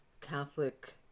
Catholic